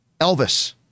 Elvis